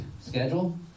schedule